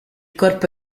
corpo